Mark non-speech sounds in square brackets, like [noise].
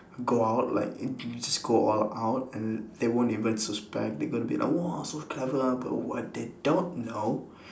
go out like [noise] you just go all out and they they won't even suspect they gonna be like !wah! so clever ah but what they don't know